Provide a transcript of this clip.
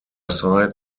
side